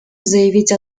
заявить